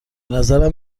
نظرم